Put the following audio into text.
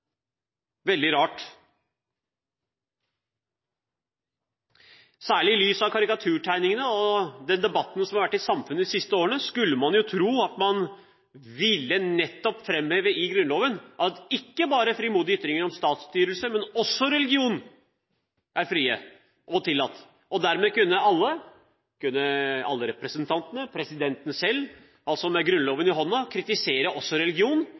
veldig rart. Særlig i lys av karikaturstriden og den debatten som har vært i samfunnet de siste årene, skulle man tro at man nettopp ville framheve i Grunnloven at ikke bare frimodige ytringer om statsstyrelse, men også om religion er frie og tillatt. Dermed kunne alle representantene og presidenten selv med Grunnloven i hånda kritisere også religion og si at Grunnloven gir dette vernet. Kritikk av religion